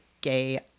gay